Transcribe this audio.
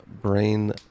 brain